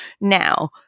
Now